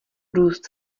růst